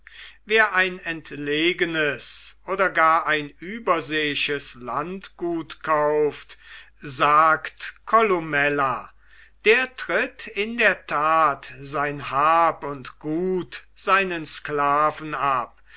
wer ein entlegenes oder gar ein überseeisches landgut kauft sagt cola der tritt in der tat sein hab und gut seinen sklaven ab